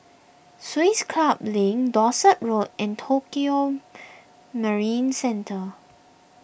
Swiss Club Link Dorset Road and Tokio Marine Centre